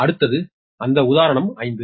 அடுத்தது அந்த உதாரணம் 5